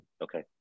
okay